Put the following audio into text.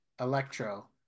Electro